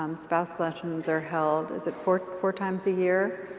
um spouse luncheons are held is it four four times a year?